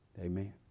amen